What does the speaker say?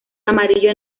amarillo